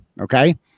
Okay